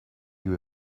you